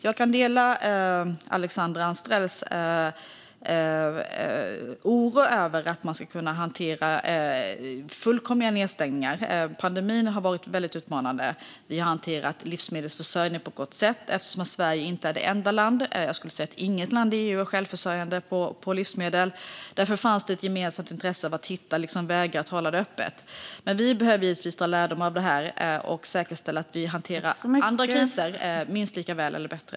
Jag kan dela Alexandra Anstrells oro över att man ska kunna hantera fullkomliga nedstängningar. Pandemin har varit väldigt utmanande. Vi har hanterat livsmedelsförsörjningen på ett gott sätt eftersom Sverige inte är det enda land som inte är självförsörjande på livsmedel - jag skulle säga att inget land i EU är det - och därför fanns det ett gemensamt intresse av att hitta vägar för att hålla det öppet. Men vi behöver dra lärdom av det här och säkerställa att vi hanterar andra kriser minst lika väl eller bättre.